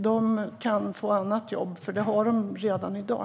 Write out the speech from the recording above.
De kan få andra jobb - det har de redan i dag.